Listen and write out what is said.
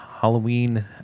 Halloween